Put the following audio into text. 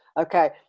okay